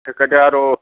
একে দে আৰু